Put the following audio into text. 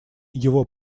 его